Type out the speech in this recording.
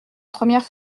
première